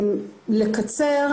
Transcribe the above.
לקצר,